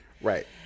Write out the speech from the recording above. Right